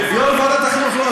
ויו"ר ועדת החינוך לא,